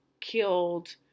killed